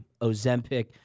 Ozempic